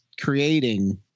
creating